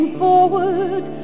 forward